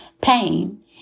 Pain